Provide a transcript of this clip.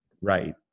Right